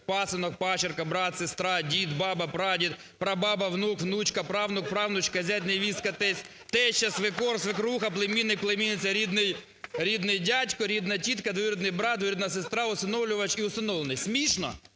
пасинок, падчерка, брат, сестра, дід, баба, прадід, прабаба, внук, онучка, правнук, правнучка, зять, невістка, тесть, теща, свекор, свекруха, племінник, племінниця, рідний дядько, рідна тітка, двоюрідний брат, двоюрідна сестра, усиновлювач і усиновлений. (Шум